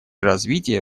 развитие